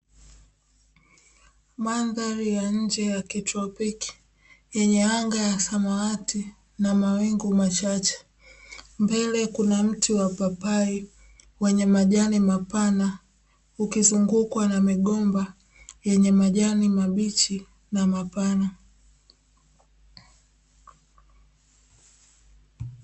Mandhari ya nje ya kitropiki yenye anga la samawati na mawingu machache mbele kuna mti wa mpapai wenye majani mapana ukizungukwa na migomba yenye majani mabichi na mapana.